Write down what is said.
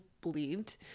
believed